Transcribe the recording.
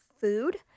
food